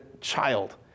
child